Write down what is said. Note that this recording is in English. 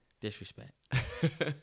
Disrespect